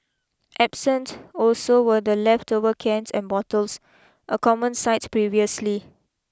absent also were the leftover cans and bottles a common sight previously